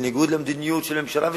בניגוד למדיניות הממשלה,